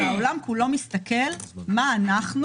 והעולם כולו מסתכל מה אנחנו